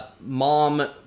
mom